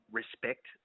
respect